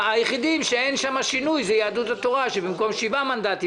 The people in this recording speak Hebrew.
היחידים שאין שם שינוי זה יהדות התורה שבמקום שבעה מנדטים,